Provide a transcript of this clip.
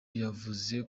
yavuze